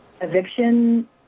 eviction